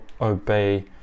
obey